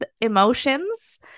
emotions